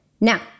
Now